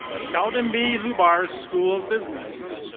sheldon b. lubar school of business.